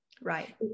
right